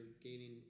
gaining